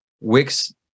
Wix